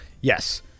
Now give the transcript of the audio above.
Yes